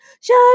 Shut